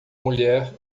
mulher